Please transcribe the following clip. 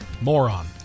Moron